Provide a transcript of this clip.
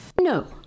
No